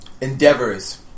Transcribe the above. endeavors